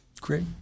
great